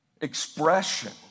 expression